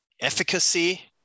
efficacy